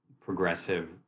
progressive